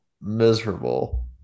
miserable